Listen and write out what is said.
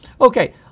Okay